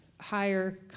higher